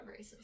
racist